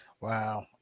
Wow